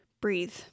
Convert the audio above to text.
breathe